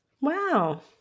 Wow